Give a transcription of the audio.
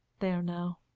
there now.